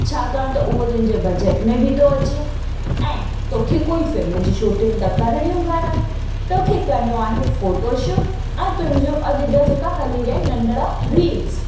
छाकाणि त उहा तुंहिंजे बजेट में बि थो अचे ऐं तोखे कोई फ़िल्म जी शुटिंग त करणियूं काननि तोखे करिणो आहे फ़ोटोशूट ऐं तुंहिंजो अॼु जा जे का हली रहिया आहिनि नंढिड़ा रील्स